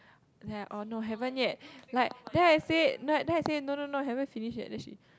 like oh no haven't yet like then I said then I said no no no haven't finish yet then she